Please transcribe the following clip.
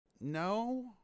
No